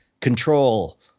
control